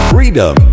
Freedom